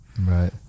Right